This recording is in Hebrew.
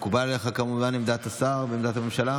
מקובלת עליך כמובן עמדת השר ועמדת הממשלה?